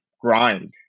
grind